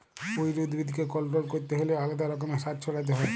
weed উদ্ভিদকে control ক্যরতে হ্যলে আলেদা রকমের সার ছড়াতে হ্যয়